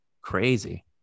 crazy